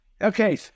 Okay